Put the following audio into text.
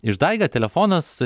išdaiga telefonas